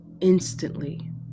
instantly